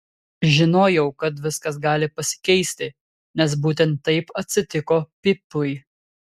žinojau kad viskas gali pasikeisti nes būtent taip atsitiko pipui